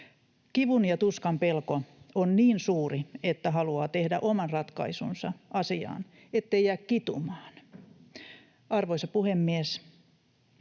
Kivun ja tuskan pelko on niin suuri, että haluaa tehdä oman ratkaisunsa asiaan, ettei jää kitumaan. Arvoisa puhemies!